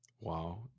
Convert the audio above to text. Wow